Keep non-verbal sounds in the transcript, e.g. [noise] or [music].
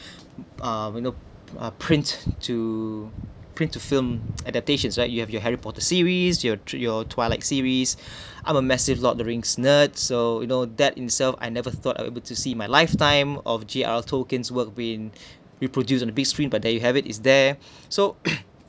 [breath] uh we know uh print to print to film adaptations right you have your harry potter series you have your twilight series [breath] out of massive lot the rings nerd so you know that in self I never thought I able to see in my lifetime of G_R tokens work been [breath] be produce on the big screen but there you have it is there [breath] so [coughs]